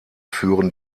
führen